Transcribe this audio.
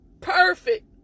perfect